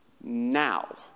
now